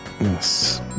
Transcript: Yes